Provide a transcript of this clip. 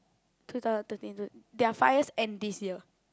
two thousand thirteen to their five years end this year